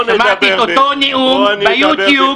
שמעתי את אותו נאום ביוטיוב.